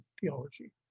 theology